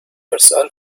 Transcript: ارسال